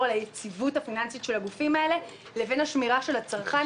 על היציבות הפיננסית של הגופים האלה לבין השמירה על הצרכן.